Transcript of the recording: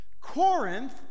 Corinth